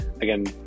again